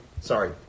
Sorry